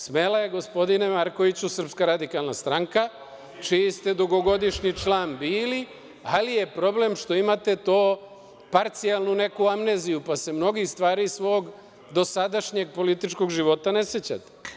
Smela je, gospodine Markoviću, Srpska radikalna stranka, čiji ste dugogodišnji član bili, ali je problem što imate tu parcijalnu neku amneziju pa se mnogih stvari iz svog dosadašnjeg političkog života ne sećate.